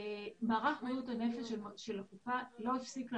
מערך בריאות הנפש של הקופה לא הפסיק לעבוד,